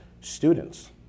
students